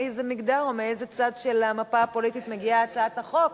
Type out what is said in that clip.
מאיזה מגדר או מאיזה צד של המפה הפוליטית מגיעה הצעת החוק.